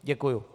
Děkuju.